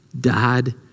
died